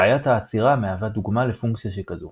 בעיית העצירה מהווה דוגמה לפונקציה שכזו